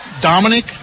Dominic